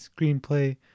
screenplay